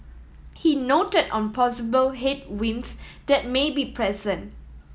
he noted on possible headwinds that may be present